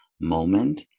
moment